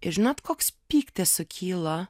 ir žinot koks pyktis sukyla